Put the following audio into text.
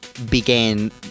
Began